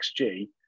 XG